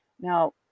Now